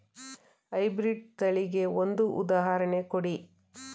High breed ತಳಿಗೆ ಒಂದು ಉದಾಹರಣೆ ಕೊಡಿ?